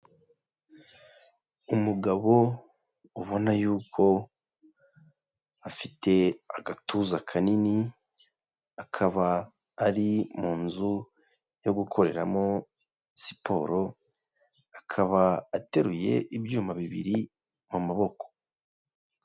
Umugabo ubona yuko afite agatuza kanini, akaba ari mu nzu yo gukoreramo siporo, akaba ateruye ibyuma bibiri, mu maboko.